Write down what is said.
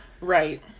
right